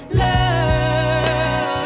love